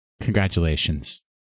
Congratulations